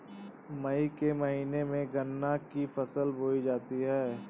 मई के महीने में गन्ना की फसल बोई जाती है